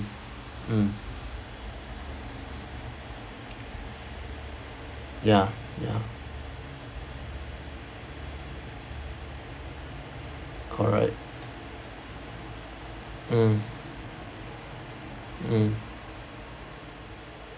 mm ya ya correct mm mm